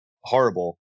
horrible